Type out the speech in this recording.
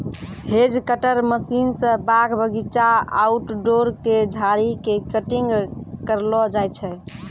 hedge cutter machine स बाग बगीचा, आउटडोर के झाड़ी के कटिंग करलो जाय छै